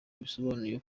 bisobanuye